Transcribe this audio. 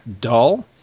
dull